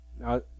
Now